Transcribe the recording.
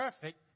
perfect